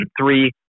three